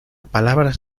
palabras